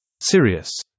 Sirius